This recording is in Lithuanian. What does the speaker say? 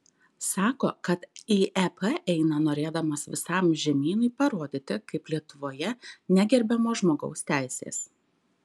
sako kad į ep eina norėdamas visam žemynui parodyti kaip lietuvoje negerbiamos žmogaus teisės